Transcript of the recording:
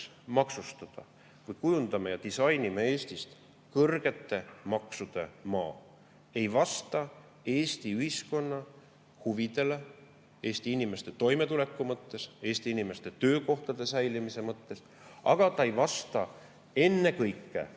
maksustada, kui kujundame, disainime Eestist kõrgete maksude maa, ei vasta Eesti ühiskonna huvidele Eesti inimeste toimetuleku mõttes, Eesti inimeste töökohtade säilimise mõttes, ja see ei vasta ennekõike